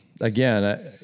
again